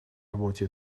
работе